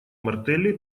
мартелли